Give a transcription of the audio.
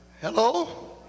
Hello